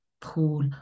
pool